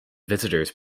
visitors